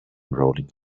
rolling